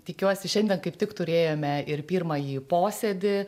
tikiuosi šiandien kaip tik turėjome ir pirmąjį posėdį